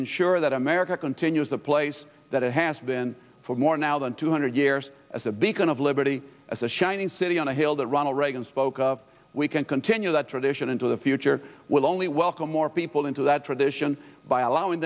ensure that america continues the place that it has been for more now than two hundred years as a beacon of liberty as a shining city on a hill that ronald reagan spoke up we can continue that tradition into the future will only welcome more people into that tradition by allowing